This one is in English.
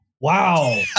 Wow